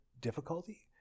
difficulty